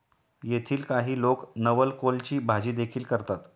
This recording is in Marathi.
येथील काही लोक नवलकोलची भाजीदेखील करतात